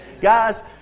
Guys